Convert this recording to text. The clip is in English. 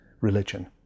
religion